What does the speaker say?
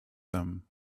them